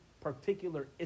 particular